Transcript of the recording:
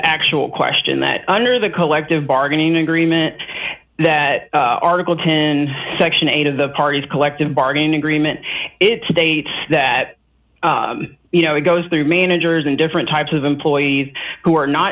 actual question that under the collective bargaining agreement that article ten section eight of the parties collective bargaining agreement it states that you know it goes through managers and different types of employees who are not